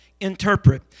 interpret